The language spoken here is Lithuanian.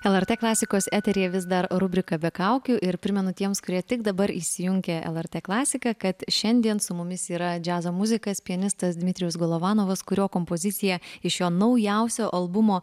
lrt klasikos eteryje vis dar rubrika be kaukių ir primenu tiems kurie tik dabar įsijungė lrt klasiką kad šiandien su mumis yra džiazo muzikas pianistas dmitrijus golovanovas kurio kompozicija iš jo naujausio albumo